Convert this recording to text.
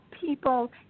people